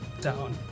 down